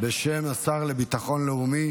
בשם השר לביטחון לאומי,